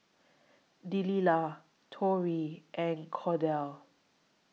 Delilah Tori and Cordell